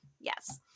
yes